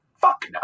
fuck